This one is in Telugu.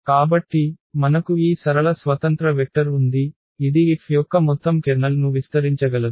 కాబట్టి మనకు ఈ సరళ స్వతంత్ర వెక్టర్ ఉంది ఇది F యొక్క మొత్తం కెర్నల్ను విస్తరించగలదు